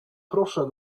proszę